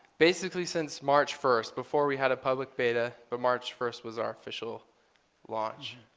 basically, since march first, before we had a public beta, but march first was our official launch.